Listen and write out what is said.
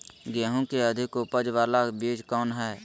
गेंहू की अधिक उपज बाला बीज कौन हैं?